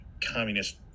communist